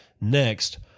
Next